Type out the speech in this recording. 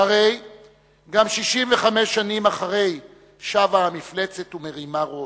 שהרי גם 65 שנים אחרי, שבה המפלצת ומרימה ראש.